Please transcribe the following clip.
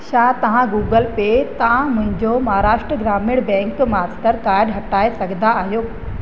छा तव्हां Google Pay तां मुंहिंजो महाराष्ट्र ग्रामीण बैंक मास्टरकार्ड हटाए सघंदा आहियो